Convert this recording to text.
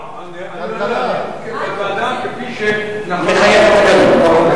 הוועדה, כפי שנכון, מחייב התקנון.